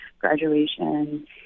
graduation